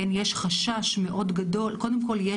קודם כל,